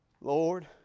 Lord